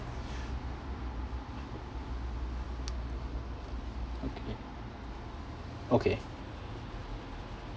okay